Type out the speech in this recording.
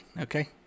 okay